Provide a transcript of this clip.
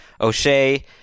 O'Shea